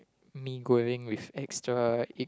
mee-goreng with extra egg